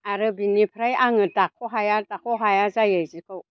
आरो बिनिफ्राय आङो दाख' दाख' हाया जायो जिखौ